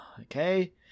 Okay